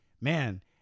man